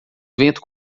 vento